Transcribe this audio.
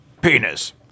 Penis